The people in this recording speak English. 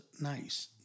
nice